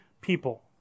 people